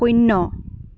শূন্য